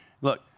look